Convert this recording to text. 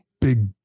big